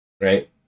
right